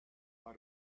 how